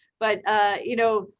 but you know,